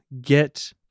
get